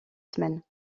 semaines